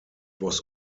was